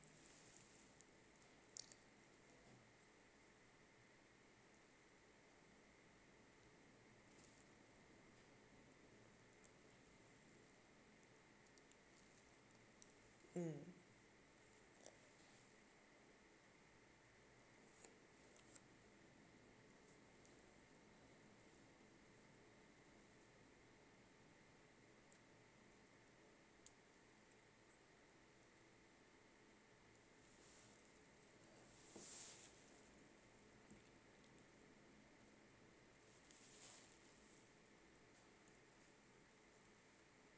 mm